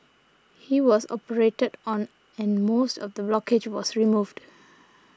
he was operated on and most of the blockage was removed